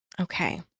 Okay